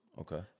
Okay